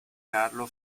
carlo